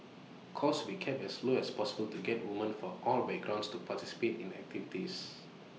costs will kept as low as possible to get women for all backgrounds to participate in the activities